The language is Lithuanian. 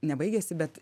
ne baigiasi bet